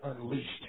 unleashed